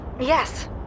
Yes